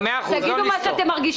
תגידו מה שאתם מרגישים.